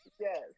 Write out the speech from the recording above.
Yes